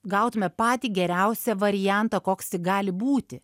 gautume patį geriausią variantą koks tik gali būti